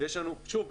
שוב,